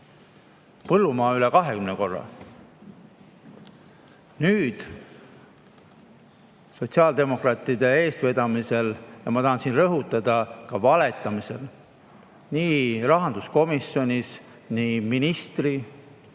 Põllumaa puhul üle 20 korra. Nüüd, sotsiaaldemokraatide eestvedamisel – ja ma tahan siin rõhutada: ka valetamisel – nii rahanduskomisjonis ministrilt